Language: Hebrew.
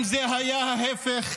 אם זה היה ההפך,